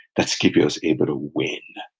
that scipio's able to win,